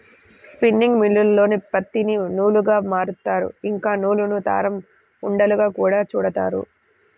spinning మిల్లుల్లోనే పత్తిని నూలుగా మారుత్తారు, ఇంకా నూలును దారం ఉండలుగా గూడా చుడతారు